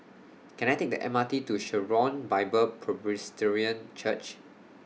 Can I Take The M R T to Sharon Bible Presbyterian Church